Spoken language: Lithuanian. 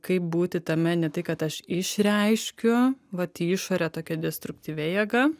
kaip būti tame ne tai kad aš išreiškiu vat į išorę tokia destruktyvia jėga